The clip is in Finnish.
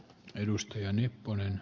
edustajan ja kone